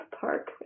Park